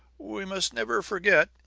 we must never forget,